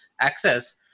access